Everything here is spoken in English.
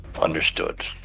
Understood